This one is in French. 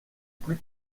plus